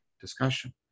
discussion